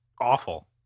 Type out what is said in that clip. awful